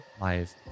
life